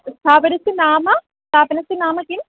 स्थापनस्य नाम स्थापनस्य नाम किम्